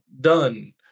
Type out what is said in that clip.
done